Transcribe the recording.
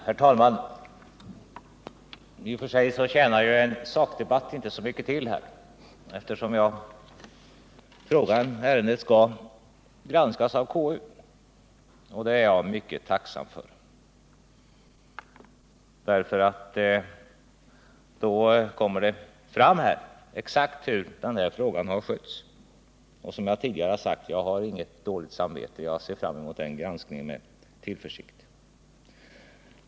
Herr talman! I och för sig tjänar en sakdebatt inte så mycket till. Ärendet skall ju granskas av konstitutionsutskottet, och det är jag mycket tacksam för. Då kommer det nämligen fram exakt hur den här frågan har skötts. Som jag tidigare sagt har jag inget dåligt samvete, utan ser fram mot den granskningen med tillförsikt.